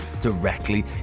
directly